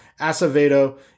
Acevedo